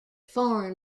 foreign